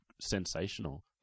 sensational